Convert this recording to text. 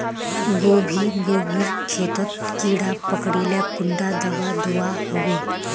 गोभी गोभिर खेतोत कीड़ा पकरिले कुंडा दाबा दुआहोबे?